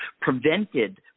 prevented